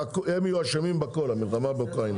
הם יהיו אשמים בכל, המלחמה באוקראינה.